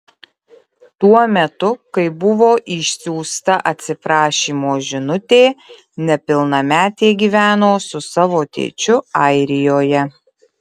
tuo metu kai buvo išsiųsta atsiprašymo žinutė nepilnametė gyveno su savo tėčiu airijoje